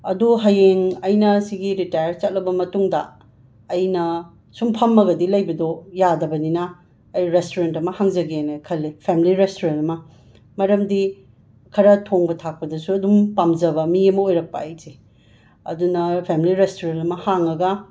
ꯑꯗꯣ ꯍꯌꯦꯡ ꯑꯩꯅ ꯁꯤꯒꯤ ꯔꯤꯇꯥꯌꯔ ꯆꯠꯂꯕ ꯃꯇꯨꯡꯗ ꯑꯩꯅ ꯁꯨꯝ ꯐꯝꯃꯒꯗꯤ ꯂꯩꯕꯗꯣ ꯌꯥꯗꯕꯅꯤꯅ ꯑꯩ ꯔꯦꯁꯇ꯭ꯔꯨꯔꯦꯟꯠ ꯑꯃ ꯍꯥꯡꯖꯒꯦꯅ ꯈꯜꯂꯤ ꯐꯦꯝꯂꯤ ꯔꯦꯁꯇ꯭ꯔꯨꯑꯦꯟ ꯑꯃ ꯃꯔꯝꯗꯤ ꯈꯔ ꯊꯣꯡꯕ ꯊꯥꯛꯄꯗꯁꯨ ꯑꯗꯨꯝ ꯄꯥꯝꯖꯕ ꯃꯤ ꯑꯃ ꯑꯣꯏꯔꯛꯄ ꯑꯩꯁꯦ ꯑꯗꯨꯅ ꯐꯦꯝꯂꯤ ꯔꯦꯁꯇ꯭ꯔꯨꯔꯦꯟ ꯑꯃ ꯍꯥꯡꯉꯒ